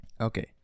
okay